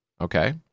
okay